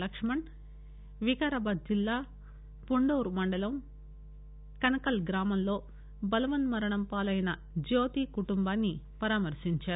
లక్ష్మణ్ వికారాబాద్ జిల్లా పూడూర్ మండలం కనకల్ గ్రామంలో బలవన్మరణం పాలయిన జ్యోతి కుటుంబాన్ని పరామర్శించారు